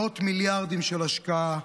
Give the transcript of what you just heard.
מאות מיליארדים של השקעה.